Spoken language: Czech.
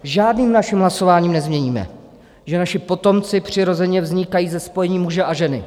Žádným naším hlasováním nezměníme, že naši potomci přirozeně vznikají ze spojení muže a ženy.